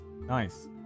Nice